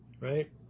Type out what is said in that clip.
right